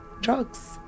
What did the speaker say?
drugs